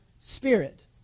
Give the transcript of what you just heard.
spirit